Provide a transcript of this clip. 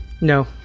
No